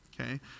okay